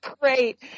great